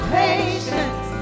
patience